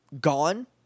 gone